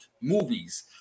movies